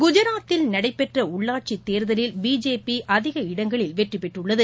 குஜராத்தில் நடைபெற்றஉள்ளாட்சித் தேர்தலில் பிஜேபிஅதிக இடங்களில் வெற்றிபெற்றுள்ளது